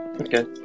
okay